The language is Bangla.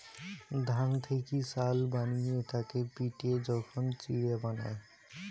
ধান থেকি চাল বানিয়ে তাকে পিটে যখন চিড়া বানায়